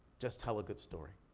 just tell a good story.